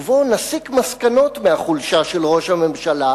ובו נסיק מסקנות מהחולשה של ראש הממשלה